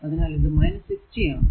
അതിനാൽ ഇത് 60 ആണ്